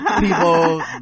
people